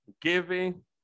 giving